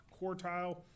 quartile